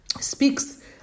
speaks